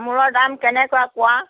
তামোলৰ দাম কেনেকুৱা কোৱা